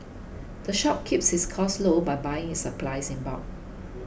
the shop keeps its costs low by buying its supplies in bulk